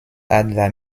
adler